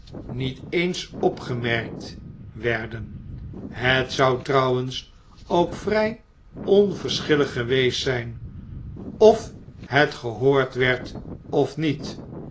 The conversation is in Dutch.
niet eens opgemerkt werden het zou trouwens ook vrij onverschillig geweest zijn of het gehoord werd of niet